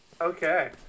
Okay